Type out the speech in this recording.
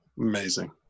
amazing